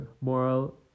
moral